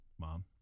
Mom